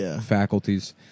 faculties